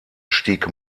stieg